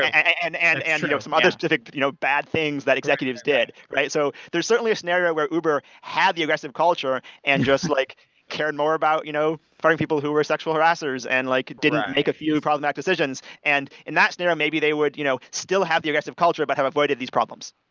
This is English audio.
and and and you know some other specific but you know bad things that executives did. so there's certainly a scenario where uber have the aggressive culture and just like cared more about you know firing people who were sexual harassers and like didn't make a few problematic decisions. and in that scenario, maybe they would you know still have the aggressive culture but have avoided these problems.